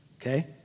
okay